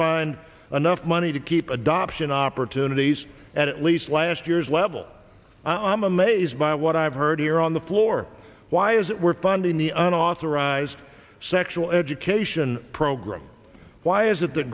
find enough money to keep adoption opportunities at least last year's level i'm amazed by what i've heard here on the floor why is it we're funding the unauthorised sexual education program why is it th